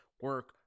Work